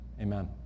Amen